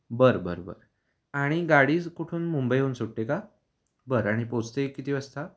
बरं बरं बरं आणि गाडी कुठून मुंबईहून सुटते का बरं आणि पोचते किती वाजता